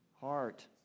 Heart